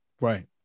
Right